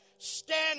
Stand